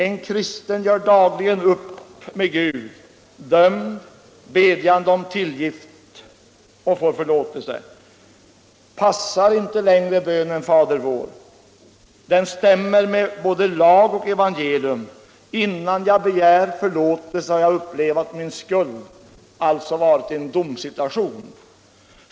En kristen gör dagligen upp med Gud, dömd, bedjande om tillgift och får förlåtelse. Passar inte längre bönen Fader vår? Den stämmer med både lag och evangelium. Innan jag begär förlåtelse har jag upplevt min skuld, alltså varit i en domsituation.